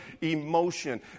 emotion